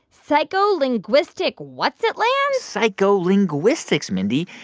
psycholinguistic what's-it-land? psycholinguistics, mindy.